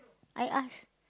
I ask